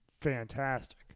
fantastic